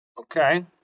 Okay